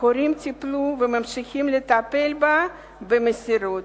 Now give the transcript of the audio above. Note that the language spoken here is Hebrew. ההורים טיפלו וממשיכים לטפל בה במסירות.